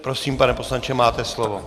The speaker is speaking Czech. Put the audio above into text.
Prosím, pane poslanče, máte slovo.